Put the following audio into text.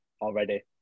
already